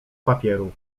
papieru